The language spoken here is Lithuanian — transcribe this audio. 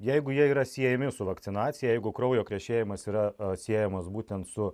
jeigu jie yra siejami su vakcinacija jeigu kraujo krešėjimas yra siejamas būtent su